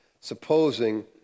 supposing